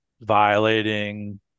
violating